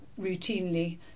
routinely